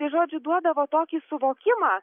tai žodžiu duodavo tokį suvokimą